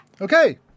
Okay